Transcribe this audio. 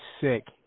sick